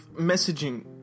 messaging